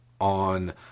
on